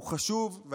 היא חשובה,